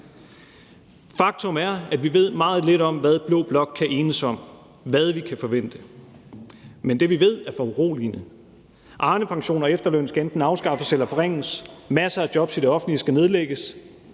Faktum er, at vi ved meget lidt om, hvad blå blok kan enes om, og hvad vi kan forvente. Men det, vi ved, er foruroligende. Arnepensionen og efterlønnen skal enten afskaffes eller forringes, masser af jobs i det offentlige skal nedlægges,